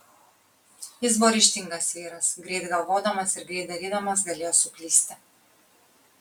jis buvo ryžtingas vyras greit galvodamas ir greit darydamas galėjo suklysti